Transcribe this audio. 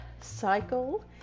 cycle